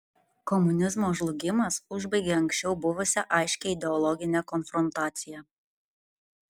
komunizmo žlugimas užbaigė anksčiau buvusią aiškią ideologinę konfrontaciją